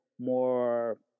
more